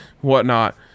whatnot